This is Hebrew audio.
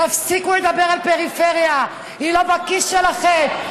תפסיקו לדבר על פריפריה, היא לא בכיס שלכם.